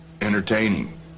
entertaining